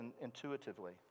intuitively